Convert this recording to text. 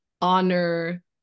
honor